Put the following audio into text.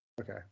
Okay